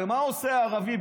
ומה עושה הערבי,